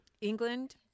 England